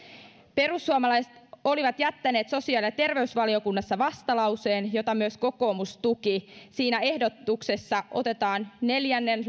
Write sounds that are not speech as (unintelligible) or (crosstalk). perussuomalaiset olivat jättäneet sosiaali ja terveysvaliokunnassa vastalauseen jota myös kokoomus tuki siinä ehdotuksessa otetaan neljännen (unintelligible)